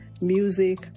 music